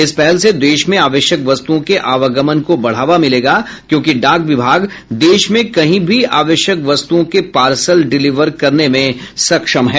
इस पहल से देश में आवश्यक वस्तुओं के आवागमन को बढ़ावा मिलेगा क्योंकि डाक विभाग देश में कहीं भी आवश्यक वस्तुओं के पार्सल डिलीवर करने में सक्षम है